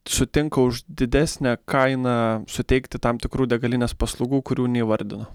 sutinka už didesnę kainą suteikti tam tikrų degalinės paslaugų kurių neįvardino